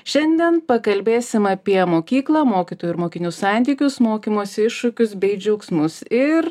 šiandien pakalbėsim apie mokyklą mokytojų ir mokinių santykius mokymosi iššūkius bei džiaugsmus ir